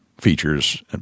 features